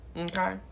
okay